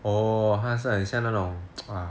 or 他是很像那种 err